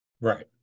Right